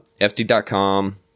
FD.com